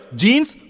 jeans